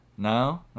No